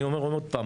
אני אומר עוד פעם,